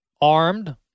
armed